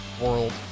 world